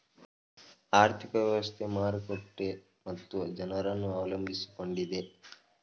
ಆರ್ಥಿಕ ವ್ಯವಸ್ಥೆ, ಮಾರುಕಟ್ಟೆ ಮತ್ತು ಜನರನ್ನು ಅವಲಂಬಿಸಿಕೊಂಡಿದೆ